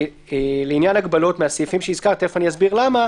לעניין הגבלות הסעיפים שהזכרתי תכף אסביר למה